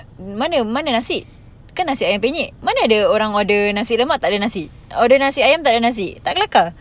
mana mana nasi kan nasi ayam penyet mana ada orang order nasi lemak tak ada nasi order nasi ayam tak ada nasi tak kelakar